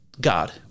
God